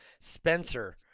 Spencer